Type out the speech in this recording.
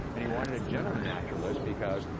and he wanted a gentleman naturalist because,